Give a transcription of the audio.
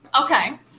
Okay